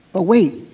ah wait.